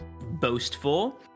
boastful